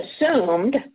assumed